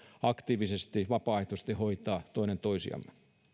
aktiivisesti vapaaehtoisesti hoitaa toinen toisiamme